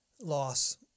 loss